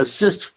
assist